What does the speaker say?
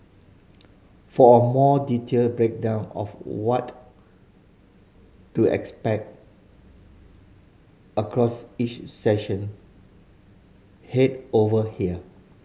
for a more detailed breakdown of what to expect across each session head over here